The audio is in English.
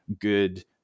good